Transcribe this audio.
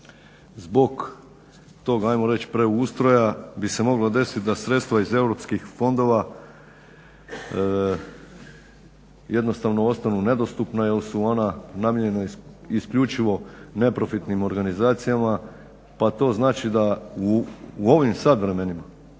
ajmo reći preustroja bi se moglo desiti da sredstva iz europskih fondova jednostavno ostanu nedostupna jer su ona namijenjena isključivo neprofitnim organizacijama. Pa to znači da u ovim sad vremenima